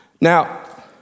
Now